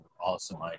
awesome